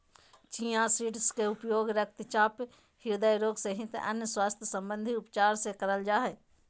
chia seeds के उपयोग रक्तचाप, हृदय रोग सहित अन्य स्वास्थ्य संबंधित उपचार मे करल जा हय